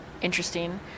interesting